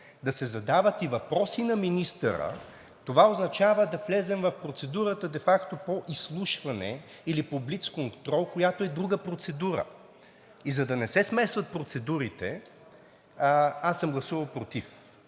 да се задават и въпроси на министъра, това означава да влезем в процедурата де факто по изслушване или по блицконтрол, която е друга процедура. И за да не се смесват процедурите, аз съм гласувал против